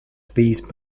these